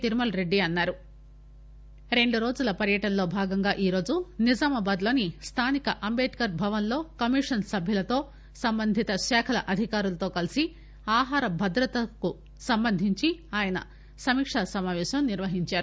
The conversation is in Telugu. తిర్మల్ రెడ్డి రెండురోజుల పర్యటనలో భాగంగా ఈరోజు నిజామాబాద్ లోని స్థానిక అంబేద్కర్ భవన్ లో కమిషన్ సభ్యులతో సంబంధిత శాఖల అధికారులతో కలిసి ఆహార భద్రతకు సంబంధించి ఆయన సమీకక సమాపేశం నిర్వహించారు